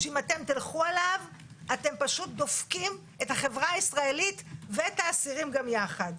שאם תלכו עליו אתם פשוט דופקים את החברה הישראלית ואת האסירים גם יחד.